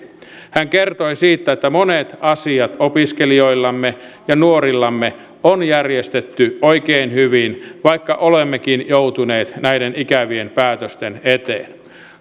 hän kertoi siitä että monet asiat opiskelijoillemme ja nuorillemme on järjestetty oikein hyvin vaikka olemmekin joutuneet näiden ikävien päätösten eteen